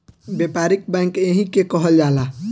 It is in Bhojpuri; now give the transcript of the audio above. व्यापारिक बैंक एही के कहल जाला